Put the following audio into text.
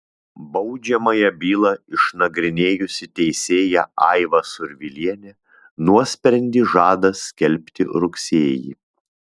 baudžiamąją bylą išnagrinėjusi teisėja aiva survilienė nuosprendį žada skelbti rugsėjį